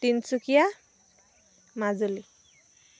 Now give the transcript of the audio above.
Tinsukia Majuli